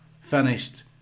finished